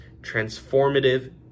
transformative